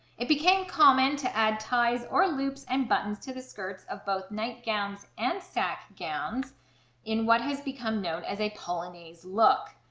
it became common to add ties or loops and buttons to the skirts of both nightgowns and sack gowns in what has become known as a polonaise look.